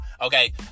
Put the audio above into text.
okay